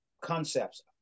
concepts